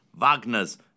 Wagner's